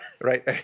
right